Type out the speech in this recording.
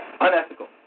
Unethical